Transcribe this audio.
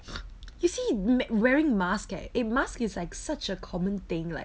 is he wearing mask eh eh mask is such a common thing leh